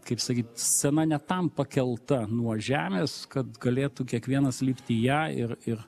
kaip sakyt scena ne tam pakelta nuo žemės kad galėtų kiekvienas lipt į ją ir ir